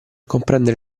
comprendere